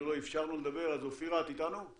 לא אפשרנו לדבר, אז, אופירה, את איתנו?